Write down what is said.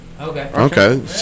Okay